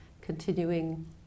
continuing